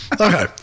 Okay